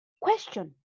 Question